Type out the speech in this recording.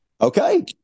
Okay